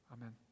Amen